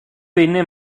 venne